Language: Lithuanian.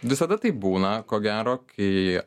visada taip būna ko gero kai